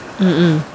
um